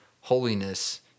holiness